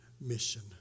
mission